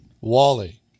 Wally